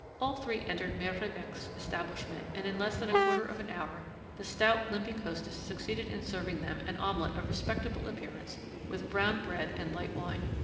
all three entered mere rebec's establishment, and in less than a quarter of an hour the stout, limping hostess succeeded in serving them an omelet of respectable appearance with brown-bread and light wine.